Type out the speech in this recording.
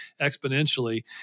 exponentially